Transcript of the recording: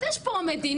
אז יש פה מדינה,